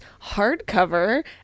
hardcover